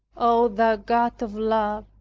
oh, thou god of love,